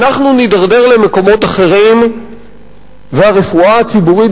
אנחנו נידרדר למקומות אחרים והרפואה הציבורית